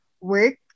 work